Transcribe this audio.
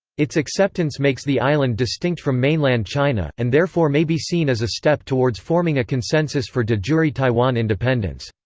its acceptance makes the island distinct from mainland china, and therefore may be seen as a step towards forming a consensus for de jure taiwan independence.